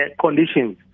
conditions